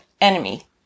enemy